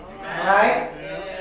right